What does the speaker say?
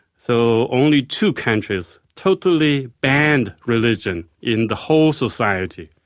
so only two countries totally banned religion in the whole society.